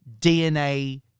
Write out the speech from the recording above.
DNA